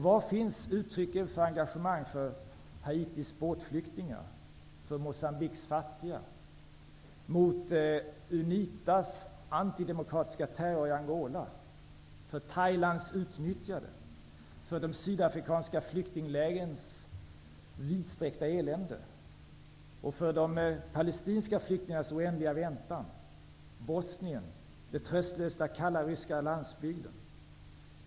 Var finns uttrycken för engagemang för Haitis båtflyktingar, för Moçambiques fattiga, mot Unitas antidemokratiska terror i Angola, för Thailands utnyttjade, för de sydafrikanska flyktinglägrens vidsträckta elände, för de palestinska flyktingarnas oändliga väntan, för Bosnien och för den tröstlösa kalla ryska landsbygden?